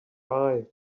eye